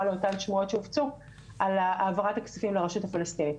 לאותן שמועות שהופצו על העברת כספי הפנסיה לרשות הפלסטינית.